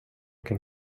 kan